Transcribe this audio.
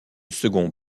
second